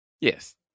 Yes